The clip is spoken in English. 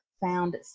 found